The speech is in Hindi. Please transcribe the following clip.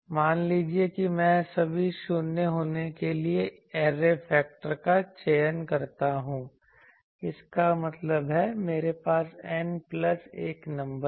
मान लीजिए कि मैं सभी शून्य होने के लिए ऐरे फेक्टर का चयन करता हूं इसका मतलब है मेरे पास N प्लस 1 नंबर है